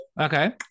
Okay